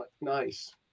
Nice